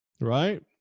right